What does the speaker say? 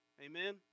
amen